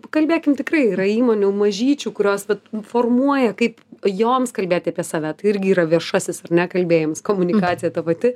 kalbėkim tikrai yra įmonių mažyčių kurios vat formuoja kaip joms kalbėti apie save tai irgi yra viešasis ar ne kalbėjimas komunikacija ta pati